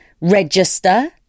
register